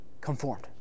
conformed